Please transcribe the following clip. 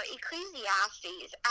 Ecclesiastes